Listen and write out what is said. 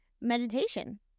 meditation